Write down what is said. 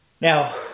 Now